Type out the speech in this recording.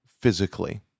physically